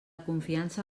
confiança